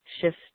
shift